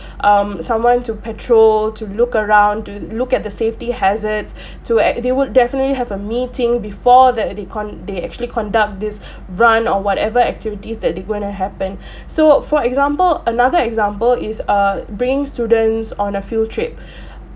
um someone to petrol to look around to look at the safety hazards to e~ they would definitely have a meeting before that they con~ they actually conduct this run or whatever activities that they going to happen so for example another example is err bringing students on a field trip